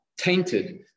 tainted